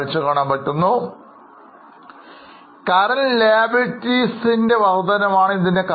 Current Liabilities കളുടെ വർധനവാണ് ഇതിനു കാരണം